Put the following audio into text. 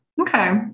Okay